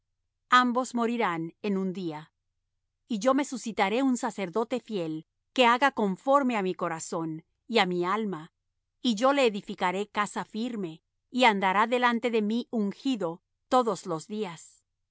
ambos morirán en un día y yo me suscitaré un sacerdote fiel que haga conforme á mi corazón y á mi alma y yo le edificaré casa firme y andará delante de mi ungido todo los días